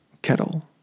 Kettle